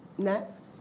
next?